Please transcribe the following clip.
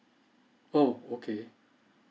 oh okay